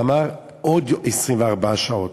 אמר: עוד 24 שעות.